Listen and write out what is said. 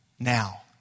Now